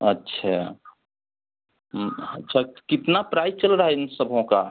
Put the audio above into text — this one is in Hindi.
अच्छा अच्छा कितना प्राइज चल रहा है इन सभों का